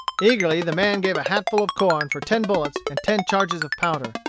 eagerly the man gave a hatful of corn for ten bullets and ten charges of powder.